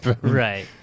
Right